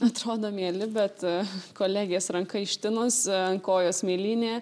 atrodo mieli bet kolegės ranka ištinus ant kojos mėlynė